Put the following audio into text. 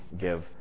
give